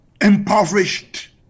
impoverished